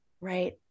Right